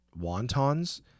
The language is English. wontons